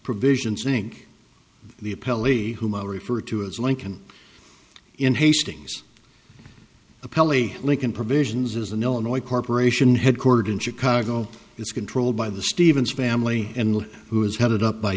provisions inc the appellee whom i refer to as lincoln in hastings appellee lincoln provisions is an illinois corporation headquartered in chicago is controlled by the stevens family and who is headed up by